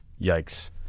Yikes